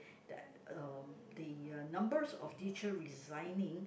that um the uh numbers of teacher resigning